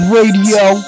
Radio